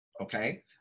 okay